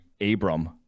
Abram